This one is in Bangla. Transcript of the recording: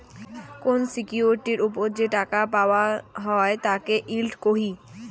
কোন সিকিউরিটির ওপর যে টাকা পাওয়াঙ হই তাকে ইল্ড কহি